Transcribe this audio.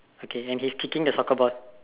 okay and he is kicking the soccer ball